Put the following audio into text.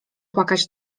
płakać